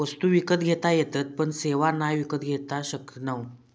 वस्तु विकत घेता येतत पण सेवा नाय विकत घेऊ शकणव